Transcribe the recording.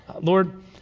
Lord